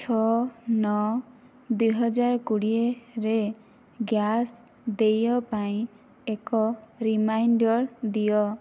ଛଅ ନଅ ଦୁଇ ହଜାର କୋଡିଏ ରେ ଗ୍ୟାସ୍ ଦେୟ ପାଇଁ ଏକ ରିମାଇଣ୍ଡର୍ ଦିଅ